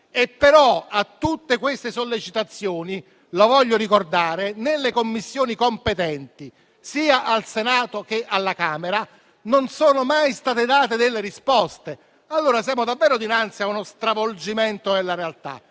a tutte queste sollecitazioni - lo voglio ricordare - nelle Commissioni competenti sia al Senato che alla Camera non sono mai state date delle risposte. Siamo davvero dinanzi a uno stravolgimento della realtà.